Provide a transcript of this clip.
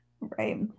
Right